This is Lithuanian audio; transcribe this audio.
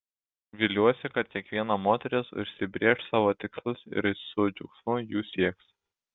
viliuosi kad kiekviena moteris užsibrėš savo tikslus ir su džiaugsmu jų sieks